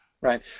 right